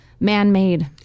Man-made